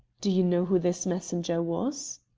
do you know who this messenger was?